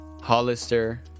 Hollister